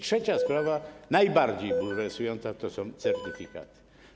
Trzecia sprawa, najbardziej bulwersująca, to są certyfikaty.